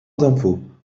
d’impôts